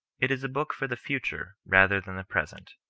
it is a book for the future rather than the present,